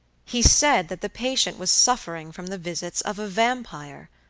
he said that the patient was suffering from the visits of a vampire!